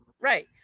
right